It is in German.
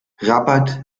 rabat